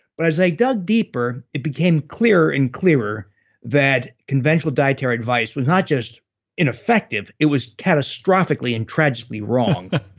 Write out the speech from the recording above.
but as i dug deeper, it became clearer and clearer that conventional dietary advice was not just ineffective. it was catastrophically and tragically wrong,